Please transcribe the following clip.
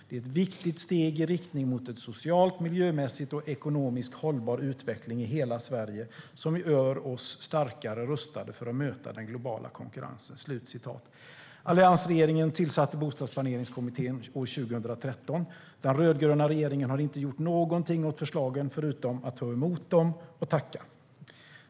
Det är ett viktigt steg i riktning mot en socialt, miljömässigt och ekonomiskt hållbar utveckling i hela Sverige, som gör oss starkare rustade att möta den globala konkurrensen!" Alliansregeringen tillsatte Bostadsplaneringskommittén år 2013. Den rödgröna regeringen har inte gjort någonting åt förslagen förutom att ta emot dem och tacka.